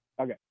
okay